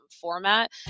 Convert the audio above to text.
format